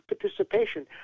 participation